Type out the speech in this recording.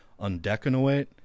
undecanoate